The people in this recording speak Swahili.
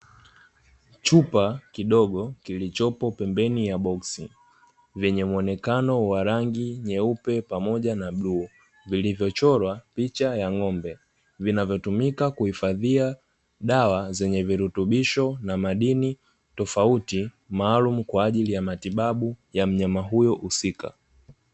Chupa kidogo, kilichopo pembeni ya boksi, vyenye muonekano wa rangi nyeupe pamoja na bluu, vilivyochorwa picha ya ng'ombe, vinavyotumika kuhifadhia dawa zenye virutubisho na madini tofauti, maalumu kwa ajili ya matibabu ya mnyama huyo husika.